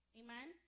amen